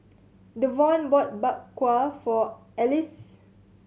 Davonte bought Bak Kwa for Alize